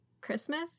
Christmas